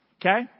Okay